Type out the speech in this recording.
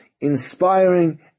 inspiring